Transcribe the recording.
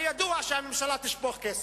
הרי ידוע שהממשלה תשפוך כסף,